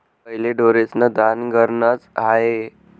पहिले ढोरेस्न दान घरनंच र्हाये